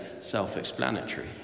self-explanatory